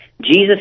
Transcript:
Jesus